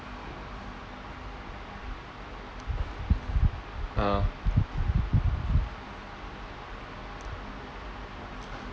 ah